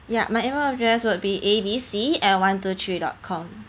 ya my email address would be A B C at one two three dot com